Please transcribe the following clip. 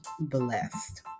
blessed